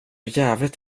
jävligt